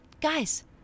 Guys